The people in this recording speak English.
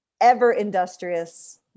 ever-industrious